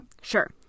Sure